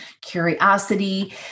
curiosity